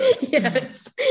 Yes